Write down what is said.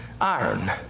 iron